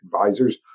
advisors